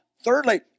Thirdly